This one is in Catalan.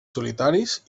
solitaris